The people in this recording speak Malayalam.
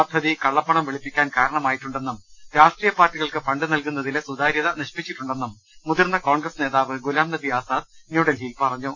പദ്ധതി കള്ളപ്പണം വെളുപ്പിക്കാൻ കാരണമായിട്ടുണ്ടെന്നും രാഷ്ട്രീയ പാർട്ടികൾക്ക് ഫണ്ട് നൽകുന്നതിലെ സുതാര്യത നശിപ്പിച്ചിട്ടുണ്ടെന്നും മുതിർന്ന കോൺഗ്രസ് നേതാവ് ഗുലാംനബി ആസാദ് ന്യൂഡൽഹിയിൽ പറഞ്ഞു